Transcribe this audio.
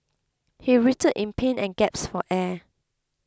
he writhed in pain and gasped for air